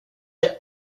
est